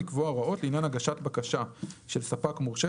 לקבוע הוראות לעניין הגשת בקשה של ספק מורשה